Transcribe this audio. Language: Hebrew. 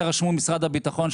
זה רשמו משרד הביטחון,